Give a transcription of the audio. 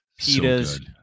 pitas